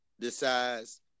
decides